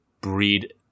breed